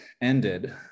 ended